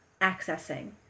accessing